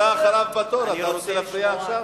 אתה אחריו בתור, אתה רוצה להפריע עכשיו?